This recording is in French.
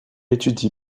étudie